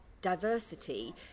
diversity